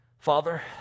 Father